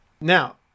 Now